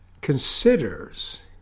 considers